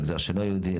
מגזר שלא יהודי,